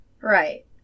Right